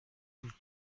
îles